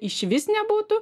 išvis nebūtų